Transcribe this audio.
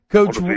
Coach